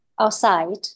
outside